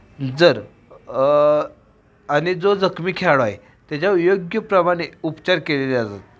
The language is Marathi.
जर आणि जो जखमी खेळाडू आहे त्याच्यावर योग्यप्रमाणे उपचार केले जातात